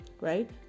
right